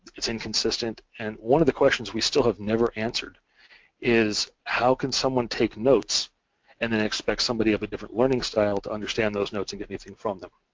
it's inconsistent and one of the questions we still have never answered is how can someone take notes and then expect somebody of a different learning style to understand those notes and get anything from them.